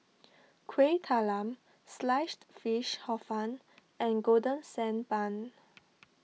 Kuih Talam Sliced Fish Hor Fun and Golden Sand Bun